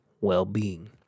well-being